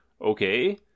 Okay